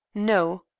no.